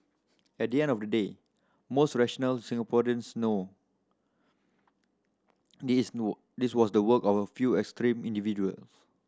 at the end of the day most rational Singaporeans know this this was the work of a few extreme individual